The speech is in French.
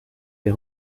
des